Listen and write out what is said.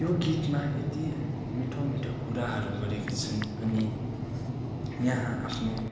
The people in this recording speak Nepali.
यो गीतमा यति मिठो मिठो कुराहरू गरेका छन् अनि यहाँ आफ्नो